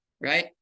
right